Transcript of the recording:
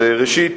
ראשית,